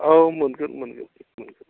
औ मोनगोन मोनगोन